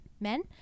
men